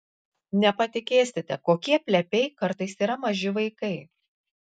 nepatikėsite kokie plepiai kartais yra maži vaikai